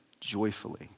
joyfully